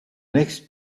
next